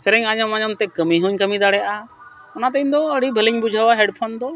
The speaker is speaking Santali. ᱥᱮᱨᱮᱧ ᱟᱸᱡᱚᱢ ᱟᱸᱡᱚᱢ ᱛᱮ ᱠᱟᱹᱢᱤ ᱦᱚᱧ ᱠᱟᱹᱢᱤ ᱫᱟᱲᱮᱭᱟᱜᱼᱟ ᱚᱱᱟᱛᱮ ᱤᱧ ᱫᱚ ᱟᱹᱰᱤ ᱵᱷᱟᱹᱞᱤᱧ ᱵᱩᱡᱷᱟᱹᱣᱟ ᱦᱮᱰᱯᱷᱳᱱ ᱫᱚ